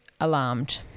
alarmed